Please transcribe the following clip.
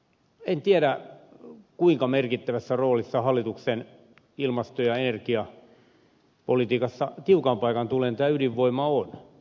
en tiedä kuinka merkittävässä roolissa hallituksen ilmasto ja energiapolitiikassa tiukan paikan tullen tämä ydinvoima on